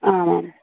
आमाम्